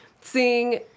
seeing